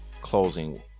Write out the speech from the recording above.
closing